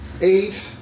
eight